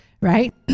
right